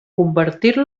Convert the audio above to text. convertir